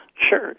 Sure